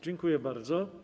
Dziękuję bardzo.